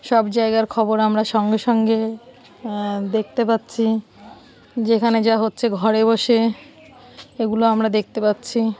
সব জায়গার খবর আমরা সঙ্গে সঙ্গে দেখতে পাচ্ছি যে যেখানে যা হচ্ছে ঘরে বসে এগুলো আমরা দেখতে পাচ্ছি